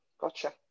gotcha